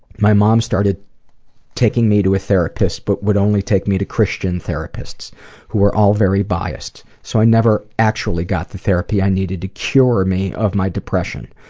my mom started taking me to a therapist but would only take me to christian therapists who are all very biased so i never actually go the therapy i needed to cure me of my depression.